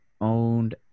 owned